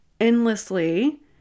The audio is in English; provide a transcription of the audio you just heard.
endlessly